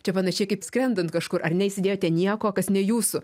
čia panašiai kaip skrendant kažkur ar neįsidėjote nieko kas ne jūsų